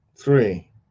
three